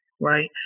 right